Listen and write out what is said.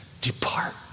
Depart